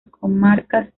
comarcas